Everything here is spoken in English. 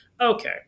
Okay